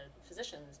physicians